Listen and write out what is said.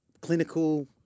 clinical